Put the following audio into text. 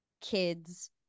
kids